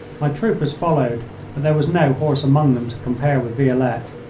my troopers followed but there was no horse among them to compare with violette,